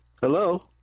Hello